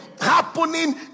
happening